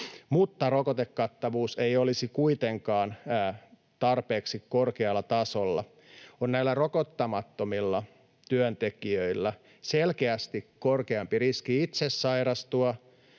jos rokotekattavuus ei olisi kuitenkaan tarpeeksi korkealla tasolla, on näillä rokottamattomilla työntekijöillä selkeästi korkeampi riski itse sairastua